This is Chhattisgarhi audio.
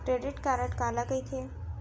क्रेडिट कारड काला कहिथे?